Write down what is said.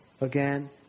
again